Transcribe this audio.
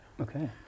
Okay